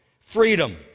Freedom